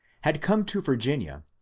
had come to virginia,